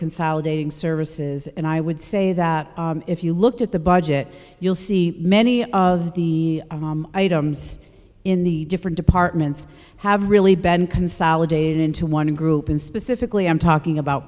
consolidating services and i would say that if you looked at the budget you'll see many of the items in the different departments have really been consolidated into one group and specifically i'm talking about